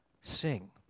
sing